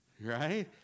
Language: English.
right